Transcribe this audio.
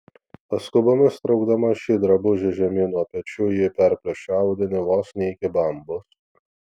paskubomis traukdama šį drabužį žemyn nuo pečių ji perplėšė audinį vos ne iki bambos